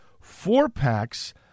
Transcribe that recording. four-packs